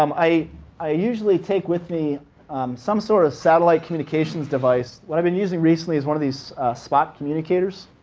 um i i usually take with me some sort of satellite communications device. what i've been using recently is one of these spot communicators,